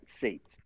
Seats